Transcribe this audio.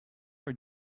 are